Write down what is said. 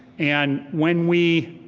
and when we